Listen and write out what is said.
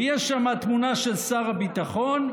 יש שם תמונה של שר הביטחון,